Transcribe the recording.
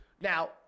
Now